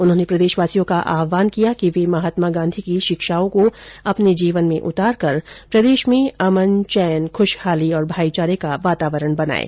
उन्होंने प्रदेशवासियों का आहवान किया कि वे महात्मा गांधी की शिक्षाओं को अपने जीवन में उतारकर प्रदेश में अमन चैन खुशहाली और भाईचारे का वातावरण बनाएं